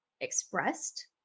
expressed